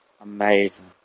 amazing